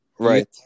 Right